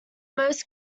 most